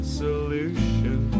solution